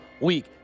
week